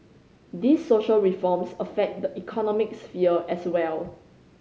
these social reforms affect the economic sphere as well